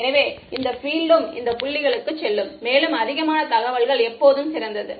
எனவே இந்தத் பீல்டும் இந்த புள்ளிகளுக்குச் செல்லும் மேலும் அதிகமான தகவல்கள் எப்போதும் சிறந்தது